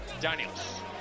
Daniels